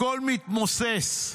הכול מתמוסס,